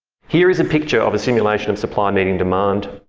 here is a picture of a simulation of supply meeting demand.